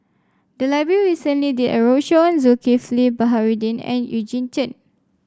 the library recently did a roadshow on Zulkifli Baharudin and Eugene Chen